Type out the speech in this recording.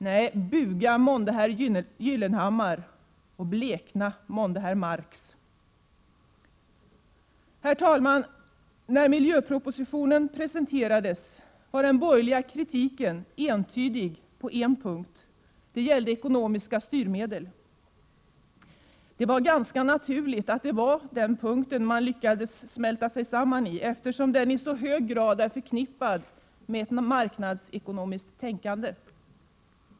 Nej, buga månde herr Gyllenhammar, blekna månde herr Marx. Herr talman! När miljöpropositionen presenterades var den borgerliga kritiken entydig på en punkt. Det gällde ekonomiska styrmedel. Det var ganska naturligt att det var den punkten man lyckats smälta samman i, eftersom den i så hög grad är förknippad med ett marknadsekonomiskt tänkande.